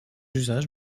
usage